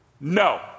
No